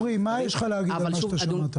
אבל שוב,